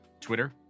Twitter